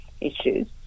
issues